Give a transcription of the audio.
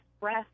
breath